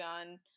on